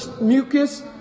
mucus